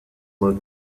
were